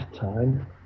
time